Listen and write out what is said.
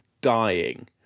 dying